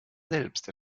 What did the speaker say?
selbst